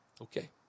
Okay